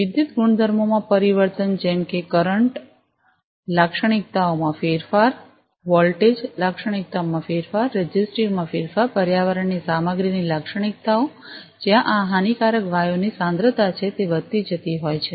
વિદ્યુત ગુણધર્મોમાં પરિવર્તન જેમ કે કરંટ લાક્ષણિકતાઓમાં ફેરફાર વોલ્ટેજ લાક્ષણિકતાઓમાં ફેરફાર રેઝિસ્ટિવમાં ફેરફાર પર્યાવરણની સામગ્રીની લાક્ષણિકતાઓ જ્યાં આ હાનિકારક વાયુઓ ની સાંદ્રતા છે તે વધતી જતી હોય છે